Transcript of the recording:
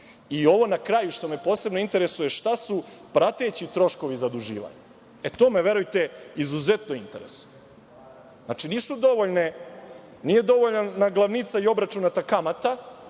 posao. Ovo na kraju što me posebno interesuje – šta su prateći troškovi zaduživanja? E, to me, verujte, izuzetno interesuje. Znači, nije dovoljna glavnica i obračunata kamata